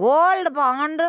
gold bond